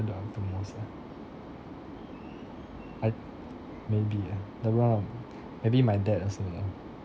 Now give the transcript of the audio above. who do I look up to most ah I maybe ah lebron or maybe my dad also lah